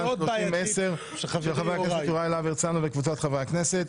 פ/3010/24 של חבר הכנסת יוראי להב הרצנו וקבוצת חברי הכנסת,